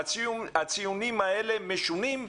ישוּנוּ,